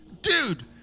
Dude